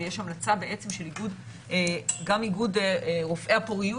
ויש המלצה בעצם גם של איגוד רופאי הפוריות,